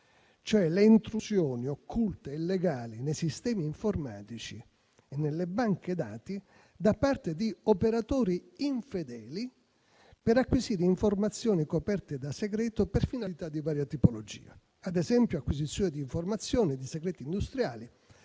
cioè le intrusioni occulte e illegali nei sistemi informatici e nelle banche dati da parte di operatori infedeli per acquisire informazioni coperte da segreto per finalità di varia tipologia, ad esempio acquisizione di informazioni e di segreti industriali